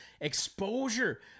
Exposure